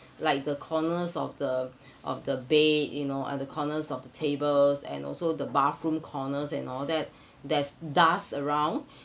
like the corners of the of the bed you know at the corners of the tables and also the bathroom corners and all that there's dust around